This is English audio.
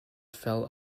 fell